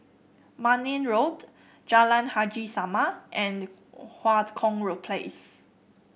Marne Road Jalan Haji Salam and the Kong Road Place